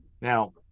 now